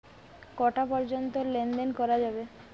কটা পর্যন্ত লেন দেন করা যাবে?